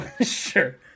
Sure